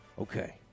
okay